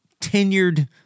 tenured